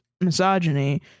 misogyny